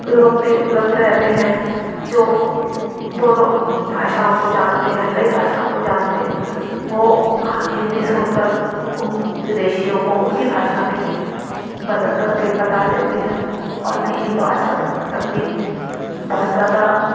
लोग भी उपलब्ध रहते हैं जो दोनों भाषाओं को जानते हैं कई भाषाओं को जानते हैं वो हिन्दी सुन कर उन विदेशियों को उनकी भाषा में बदल कर के बता देते हैं और नहीं तो आज कल तकनीक बहुत ज़ादा